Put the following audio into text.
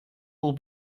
will